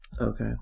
Okay